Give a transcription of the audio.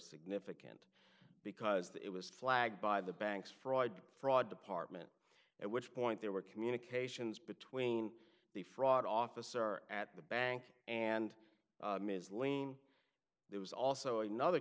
significant because it was flagged by the bank's fraud fraud department at which point there were communications between the fraud officer at the bank and ms lane there was also another